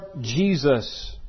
Jesus